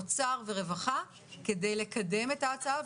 אוצר ורווחה כדי לקדם את ההצעה,